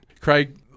Craig